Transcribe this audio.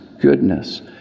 goodness